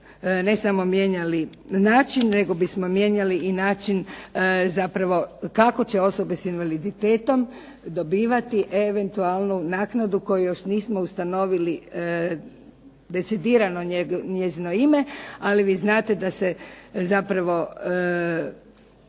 ne samo mijenjali način nego bismo mijenjali i način zapravo kako će osobe s invaliditetom dobivati eventualnu naknadu koju još nismo ustanovili decidirano njezino ime ali vi znate da se zapravo